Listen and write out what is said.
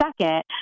second